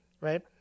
Right